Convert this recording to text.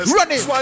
Running